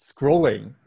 scrolling